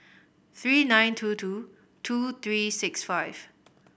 three nine two two two three six five